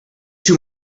too